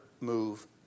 move